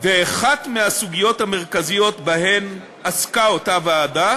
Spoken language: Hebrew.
ואחת מהסוגיות המרכזיות שבהן עסקה אותה ועדה